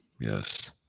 yes